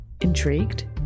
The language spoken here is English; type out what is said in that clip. Intrigued